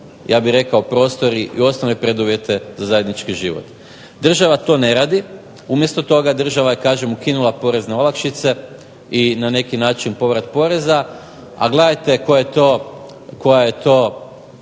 stambeni prostor i osnovne preduvjete za zajednički život. Država to ne radi, umjesto toga država je ukinula porezne olakšice, i na neki način povrat poreza, a gledajte koja je to,